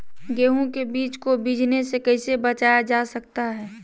गेंहू के बीज को बिझने से कैसे बचाया जा सकता है?